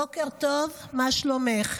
בוקר טוב, מה שלומך?